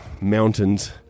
mountains